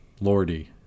Lordy